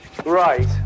Right